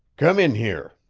come in here.